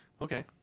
Okay